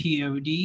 POD